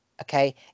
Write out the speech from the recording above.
okay